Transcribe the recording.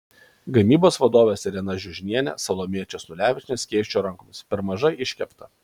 gamybos vadovės irena žiužnienė salomėja česnulevičienė skėsčiojo rankomis per mažai iškepta